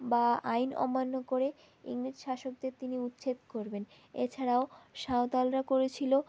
বা আইন অমান্য করে ইংরেজ শাসকদের তিনি উচ্ছেদ করবেন এছাড়াও সাঁওতালরা করেছিলো